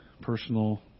personal